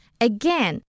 Again